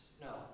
no